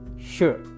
Sure